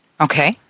Okay